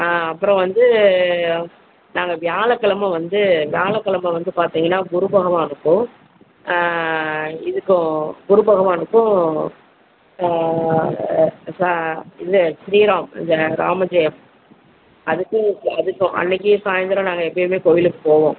அப்புறம் வந்து நாங்கள் வியாழக்கிழம வந்து வியாழக்கிழம வந்து பார்த்திங்கன்னா குருபகவானுக்கும் இதுக்கும் குருபகவானுக்கும் ச இது ஸ்ரீராம் இந்த ராமஜெயம் அதுக்கும் அதுக்கும் அன்றைக்கி சாய்ந்திரம் நாங்கள் எப்போயுமே கோவிலுக்கு போவோம்